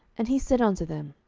and he said unto them,